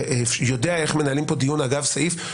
יודע איך מנהלים פה דיון אגב סעיף.